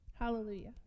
Hallelujah